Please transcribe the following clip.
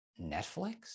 Netflix